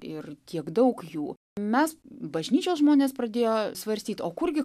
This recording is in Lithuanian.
ir kiek daug jų mes bažnyčios žmonės pradėjo svarstyt o kurgi